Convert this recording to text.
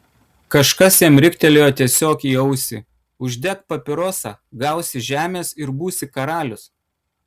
kažkas jam riktelėjo tiesiog į ausį uždek papirosą gausi žemės ir būsi karalius